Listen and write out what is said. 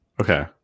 Okay